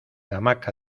hamaca